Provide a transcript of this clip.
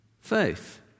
faith